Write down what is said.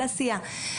על עשייה.